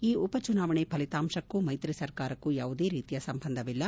ಈ ಉಪ ಚುನಾವಣೆ ಫಲಿತಾಂಶಕ್ಕೂ ಮೈತ್ರಿ ಸರ್ಕಾರಕ್ಕೂ ಯಾವುದೇ ರೀತಿಯ ಸಂಬಂಧವಿಲ್ಲ